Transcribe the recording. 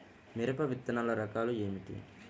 మిరప విత్తనాల రకాలు ఏమిటి?